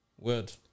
word